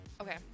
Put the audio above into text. okay